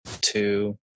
two